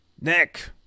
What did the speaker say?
Nick